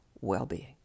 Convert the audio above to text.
well-being